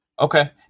Okay